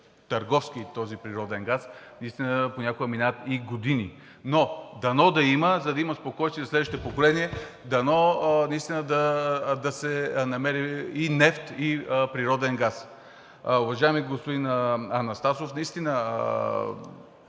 търговски този природен газ, наистина понякога минават и години, но дано да има, за да има спокойствие за следващите поколения, дано наистина да се намери и нефт, и природен газ. Уважаеми господин Анастасов, не са